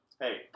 Hey